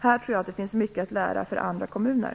Här finns mycket att lära för andra kommuner.